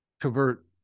convert